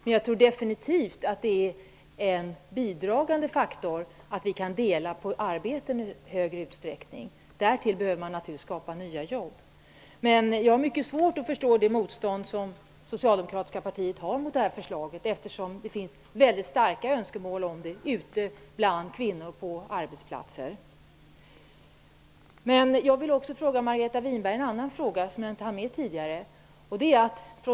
Men jag tror definitivt att det är en bidragande faktor om vi kan dela på arbetena i högre utsträckning. Vi behöver naturligtvis dessutom skapa nya jobb. Jag har mycket svårt att förstå det motstånd som det socialdemokratiska partiet har mot det här förslaget eftersom det finns mycket starka önskemål om det ute bland kvinnor på arbetsplatserna. Winberg som jag inte hann med tidigare.